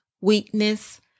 weakness